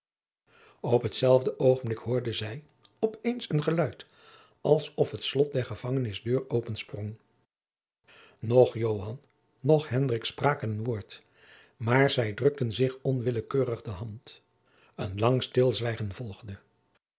op hetzelfde oogenblik hoorde zij op eens een geluid als of het slot der gevangenisdeur opensprong noch joan noch hendrik spraken een woord maar zij drukten zich onwillekeurig de hand een lang stilzwijgen volgde